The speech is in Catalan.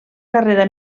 carrera